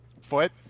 foot